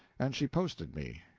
and she posted me.